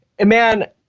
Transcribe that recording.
Man